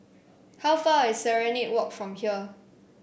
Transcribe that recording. how far is Serenade Walk from here